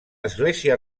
església